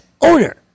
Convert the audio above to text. owner